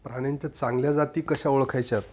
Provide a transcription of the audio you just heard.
प्राण्यांच्या चांगल्या जाती कशा ओळखायच्यात